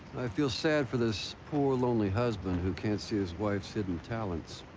i feel sad for this poor, lonely husband who can't see his wife's hidden talents.